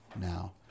now